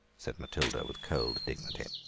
said matilda with cold dignity.